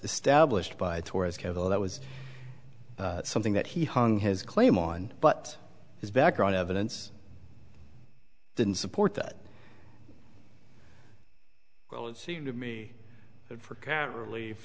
established by torres kevil that was something that he hung his claim on but his background evidence didn't support that well it seemed to me that for cat relief